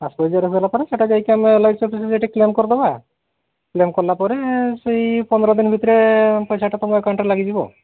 pass ବହି xerox ଦେଲା ପରେ ସେଇଟା ଯାଇକି ଆମେ ଏଲ୍ ଆଇ ସି ଅଫିସ୍ରେ ସେଠି କ୍ଲେମ୍ କରିଦବା କ୍ଲେମ୍ କଲାପରେ ସେଇ ପନ୍ଦର ଦିନ ଭିତରେ ପଇସାଟା ତମ ଆକାଉଣ୍ଟ୍ରେ ଲାଗିଯିବ